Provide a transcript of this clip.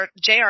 JR